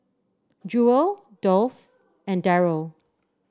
Jewel Dolph and Darold